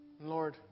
Lord